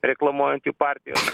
reklamuojant jų partijos